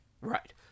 Right